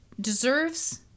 deserves